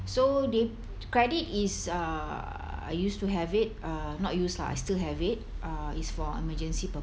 so the credit is uh I used to have it uh not used lah I still have it uh it's for emergency